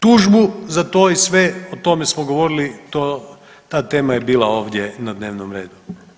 Tužbu za to je sve, o tome smo govorili, ta tema je bila ovdje na dnevnom redu.